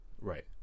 Right